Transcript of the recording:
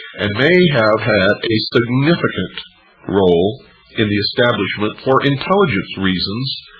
and may have had a significant role in the establishment, for intelligence reasons,